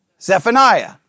Zephaniah